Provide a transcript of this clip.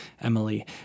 Emily